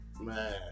Man